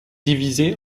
divisée